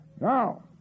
Now